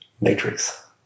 matrix